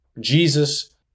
Jesus